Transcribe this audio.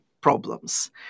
problems